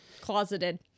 Closeted